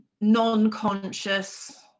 non-conscious